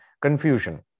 confusion